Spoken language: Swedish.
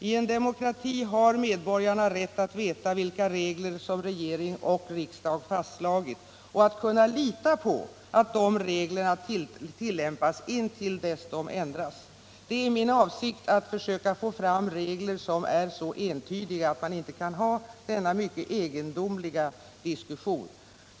I en demokrati har medborgarna rätt att veta vilka regler som regering och riksdag fastslagit och skall kunna lita på att de reglerna tillämpas intill dess de ändras. Det är min avsikt att försöka få fram regler som är så entydiga att man inte kan ha denna mycket egendomliga diskussion.